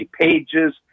pages